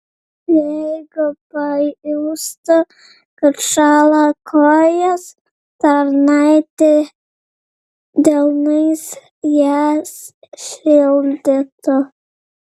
jeigu pajustų kad šąla kojos tarnaitė delnais jas šildytų